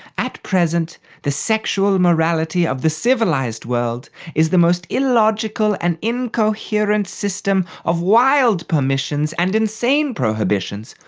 at present, the sexual morality of the civilised world is the most illogical and incoherent system of wild permissions and insane prohibitions,